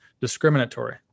discriminatory